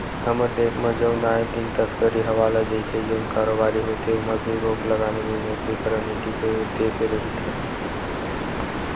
हमर देस म जउन आए दिन तस्करी हवाला जइसे जउन कारोबारी होथे ओमा भी रोक लगाना विमुद्रीकरन नीति के उद्देश्य रिहिस हे